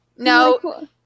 No